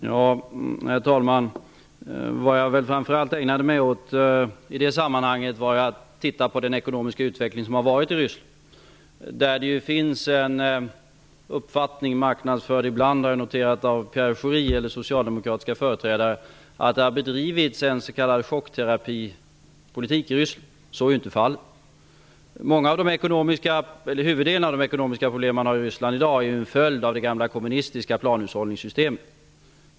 Herr talman! Det jag framför allt ägnade mig åt i det sammanhanget var att titta på den ekonomiska utveckling som har varit i Ryssland. Det finns en uppfattning, som jag har noterat ibland marknadsförs av Pierre Schori eller socialdemokratiska företrädare, att det har bedrivits en s.k. chockterapipolitik i Ryssland. Så är ju inte fallet. Huvuddelen av de ekonomiska problem som man har i Ryssland i dag är ju en följd av det gamla kommunistiska planhushållningssystemet.